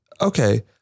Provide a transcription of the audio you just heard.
okay